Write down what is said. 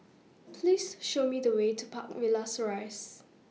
Please Show Me The Way to Park Villas Rise